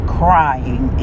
crying